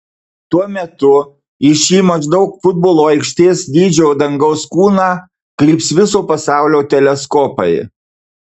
tuo metu į šį maždaug futbolo aikštės dydžio dangaus kūną kryps viso pasaulio teleskopai